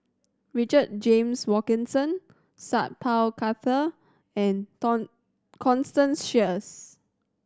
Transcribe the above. Richard James Wilkinson Sat Pal Khattar and Constance Sheares